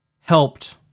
Helped